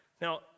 Now